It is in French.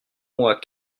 mois